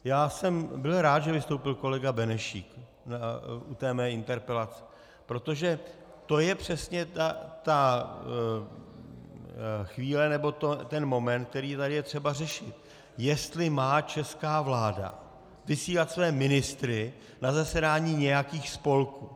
Já jsem byl rád, že vystoupil kolega Benešík u té mé interpelace, protože to je přesně ten moment, který tady je třeba řešit, jestli má česká vláda vysílat své ministry na zasedání nějakých spolků.